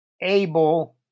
able